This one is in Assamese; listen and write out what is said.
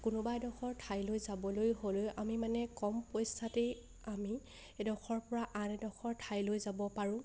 কোনোবা এডোখৰ ঠাইলৈ যাবলৈ হ'লেও আমি মানে কম পইচাতেই আমি এডোখৰৰপৰা আন এডোখৰ ঠাইলৈ যাব পাৰোঁ